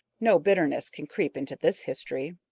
no bitterness can creep into this history.